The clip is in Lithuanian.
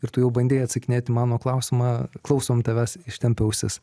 ir tu jau bandei atsakinėt į mano klausimą klausom tavęs ištempę ausis